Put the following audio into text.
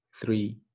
three